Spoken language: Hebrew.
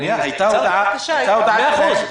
אני --- הייתה הודעה --- מאה אחוז.